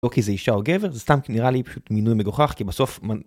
לא כי זה אישה או גבר, זה סתם נראה לי פשוט מינוי מגוחך כי בסוף...